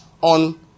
on